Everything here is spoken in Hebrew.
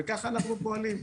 וכך אנחנו פועלים.